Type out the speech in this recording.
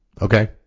Okay